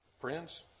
Friends